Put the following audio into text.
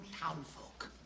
townfolk